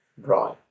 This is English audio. Right